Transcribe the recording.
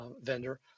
vendor